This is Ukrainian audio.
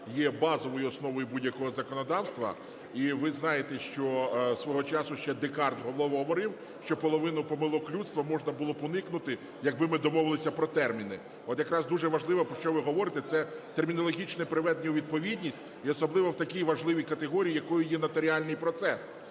є базовою основою будь-якого законодавства. І ви знаєте, що свого часу ще Декарт говорив, що половину помилок людства можна було б уникнути, якби ми домовилися про терміни. От якраз дуже важливо, про що ви говорите, це термінологічне приведення у відповідність і особливо у такій важливій категорії, якою є нотаріальний процес.